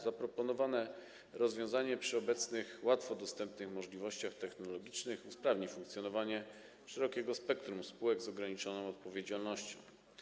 Zaproponowane rozwiązanie, przy obecnych łatwo dostępnych możliwościach technologicznych, usprawni funkcjonowanie szerokiego spektrum spółek z ograniczoną odpowiedzialnością.